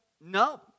no